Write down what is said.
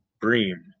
Bream